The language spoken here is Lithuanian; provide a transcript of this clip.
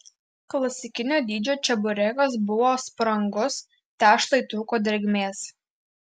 klasikinio dydžio čeburekas buvo sprangus tešlai trūko drėgmės